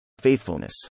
Faithfulness